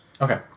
Okay